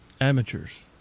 Amateurs